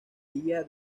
día